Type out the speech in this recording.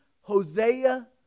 Hosea